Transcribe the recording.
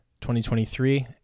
2023